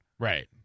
Right